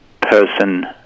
person